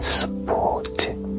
supported